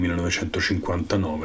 1959